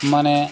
ᱢᱟᱱᱮ